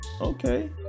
okay